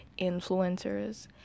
influencers